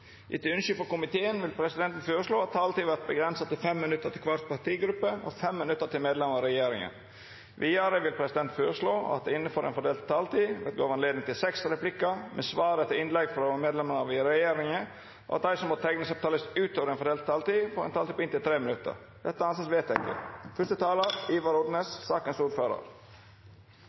Etter ønske frå transport- og kommunikasjonskomiteen vil presidenten føreslå at taletida vert avgrensa til 5 minutt til kvar partigruppe og 5 minutt til medlemer av regjeringa. Vidare vil presidenten føreslå at det – innanfor den fordelte taletida – vert gjeve anledning til inntil seks replikkar med svar etter innlegg frå medlemer av regjeringa, og at dei som måtte teikna seg på talarlista utover den fordelte taletida, får ei taletid på inntil 3 minutt. – Det er vedteke.